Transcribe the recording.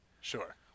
sure